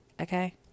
Okay